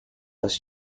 was